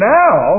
now